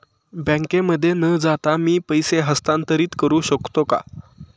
बँकेमध्ये न जाता मी पैसे हस्तांतरित करू शकतो का?